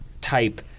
type